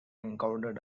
encountered